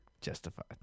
justified